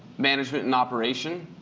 management and operation?